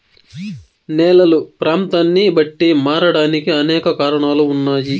నేలలు ప్రాంతాన్ని బట్టి మారడానికి అనేక కారణాలు ఉన్నాయి